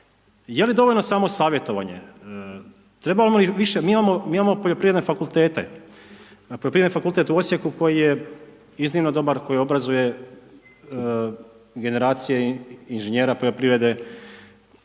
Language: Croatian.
je li dovoljno samo savjetovanje. Mi imamo poljoprivredne fakultete, poljoprivredni fakultet u Osijeku, koji je iznimno dobar, koji obrazuje generacije inženjera poljoprivrede,